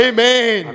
Amen